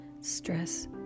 Stress